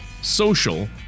social